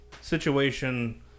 situation